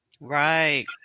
Right